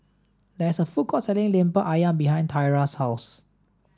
there is a food court selling Lemper Ayam behind Thyra's house